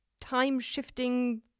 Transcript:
time-shifting